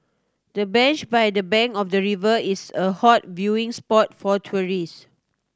the bench by the bank of the river is a hot viewing spot for tourists